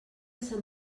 sant